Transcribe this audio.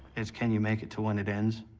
it's can you make it to when it ends?